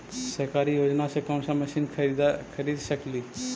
सरकारी योजना से कोन सा मशीन खरीद सकेली?